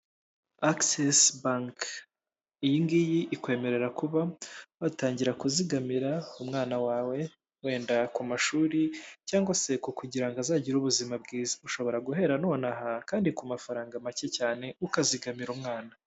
Agisesi banki, iyingiyi ikwemerera kuba watangira kuzigamira umwana wawe wenda ku mashuri cyangwa se kugira ngo azagire ubuzima bwiza. Ushobora guhera nonaha kandi ku mafaranga make cyane, ukazigamira umwana